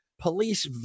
police